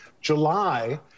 July